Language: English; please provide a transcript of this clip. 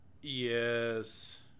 yes